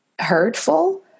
hurtful